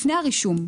לפני הרישום.